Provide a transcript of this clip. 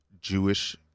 Jewish